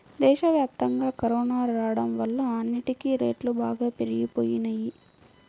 దేశవ్యాప్తంగా కరోనా రాడం వల్ల అన్నిటికీ రేట్లు బాగా పెరిగిపోయినియ్యి